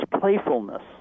playfulness